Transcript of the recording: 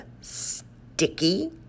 sticky